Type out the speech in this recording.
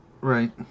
Right